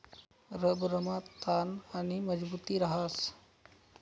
रबरमा ताण आणि मजबुती रहास